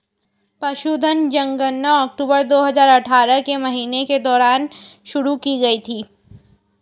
पशुधन जनगणना अक्टूबर दो हजार अठारह के महीने के दौरान शुरू की गई थी